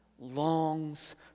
longs